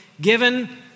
given